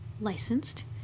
licensed